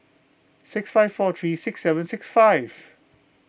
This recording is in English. six five four three six seven six five